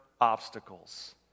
obstacles